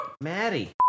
Maddie